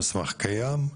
המסמך קיים,